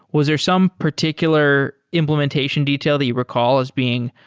was there some particular implementation detail that you recall as being